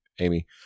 Amy